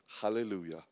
Hallelujah